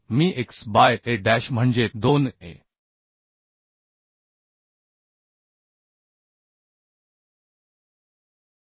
तर मी x by A dash म्हणजे 2 A